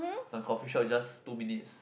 the coffeeshop is just two minutes